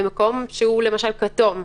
במקום שהוא כתום למשל,